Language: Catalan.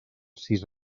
sis